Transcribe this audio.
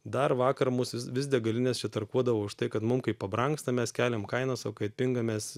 dar vakar mus vis vis degalines čia tarkuodavo už tai kad mum kai pabrangsta mes keliam kainas o kai atpinga mes